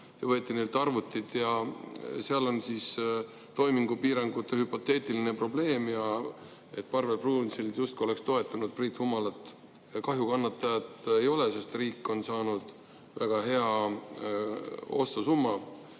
ja võeti neilt arvutid. Seal on toimingupiirangute hüpoteetiline probleem, et Parvel Pruunsild justkui oleks toetanud Priit Humalat. Kahjukannatajat ei ole, sest riik on saanud väga hea ostusumma.